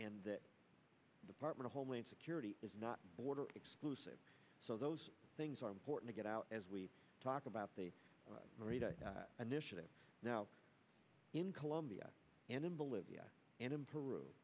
and that department of homeland security is not border exclusive so those things are important to get out as we talk about the merida initiative now in colombia and in bolivia and i